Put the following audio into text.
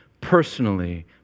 personally